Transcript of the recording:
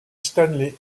stanley